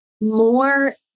more